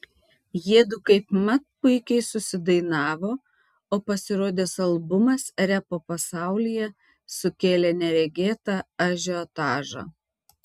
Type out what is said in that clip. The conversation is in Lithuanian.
jiedu kaipmat puikiai susidainavo o pasirodęs albumas repo pasaulyje sukėlė neregėtą ažiotažą